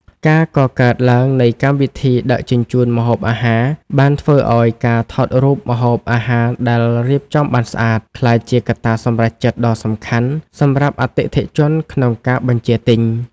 ការកកើតឡើងនៃកម្មវិធីដឹកជញ្ជូនម្ហូបអាហារ បានធ្វើឱ្យការថតរូបម្ហូបអាហារដែលរៀបចំបានស្អាត ក្លាយជាកត្តាសម្រេចចិត្តដ៏សំខាន់សម្រាប់អតិថិជនក្នុងការបញ្ជាទិញ។